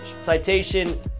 citation